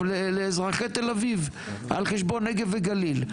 לאזרחי תל אביב על חשבון הנגב והגליל.